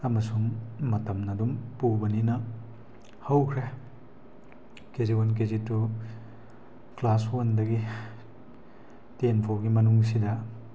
ꯑꯃꯁꯨꯡ ꯃꯇꯝꯅ ꯑꯗꯨꯝ ꯄꯨꯕꯅꯤꯅ ꯍꯧꯈ꯭ꯔꯦ K G one K G to class ꯋꯥꯟꯗꯒꯤ ꯇꯦꯟ ꯐꯥꯎꯕꯒꯤ ꯃꯅꯨꯡꯁꯤꯗ